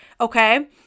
Okay